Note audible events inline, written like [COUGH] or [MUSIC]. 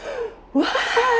[BREATH] what